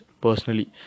personally